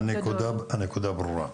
הנקודה ברורה.